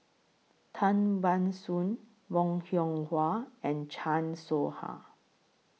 Tan Ban Soon Bong Hiong Hwa and Chan Soh Ha